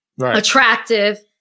attractive